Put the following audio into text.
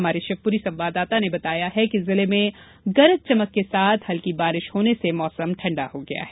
हमारे शिवपूरी संवाददाता ने बताया है कि जिले में गरज चमक के साथ हल्की बारिश होने से मौसम ठंडा हो गया है